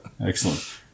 Excellent